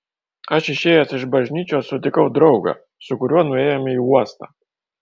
aš išėjęs iš bažnyčios sutikau draugą su kuriuo nuėjome į uostą